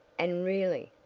and really,